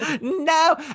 No